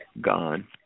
Gone